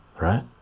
Right